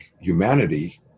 humanity